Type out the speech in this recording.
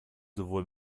sowohl